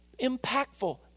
impactful